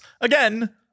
Again